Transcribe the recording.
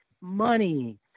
money